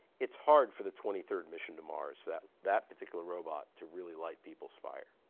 it's hard for the twenty third mission to mars, for that that particular robot to really light people's fire,